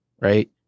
Right